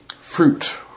fruit